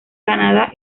canadá